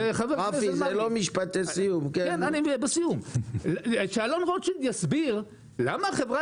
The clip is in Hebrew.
שאלה אחת קטנה: שאלון רוטשילד יסביר למה החברה